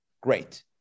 Great